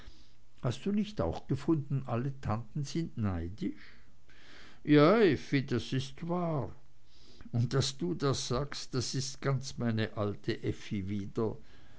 hast du nicht auch gefunden alle alten tanten sind neidisch ja effi das ist wahr und daß du das sagst das ist ganz meine alte effi wieder